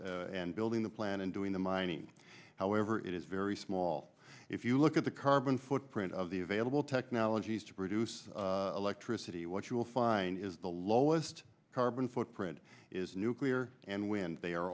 of building the plant and doing the mining however it is very small if you look at the carbon footprint of the available technologies to produce electricity what you'll find is the lowest carbon footprint is nuclear and when they are